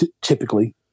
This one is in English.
typically